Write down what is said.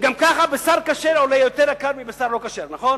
גם ככה בשר כשר עולה יותר מבשר לא כשר, נכון?